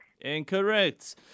Incorrect